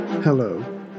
Hello